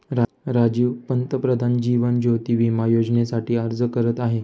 राजीव पंतप्रधान जीवन ज्योती विमा योजनेसाठी अर्ज करत आहे